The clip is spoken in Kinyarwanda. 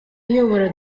uyobora